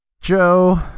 Joe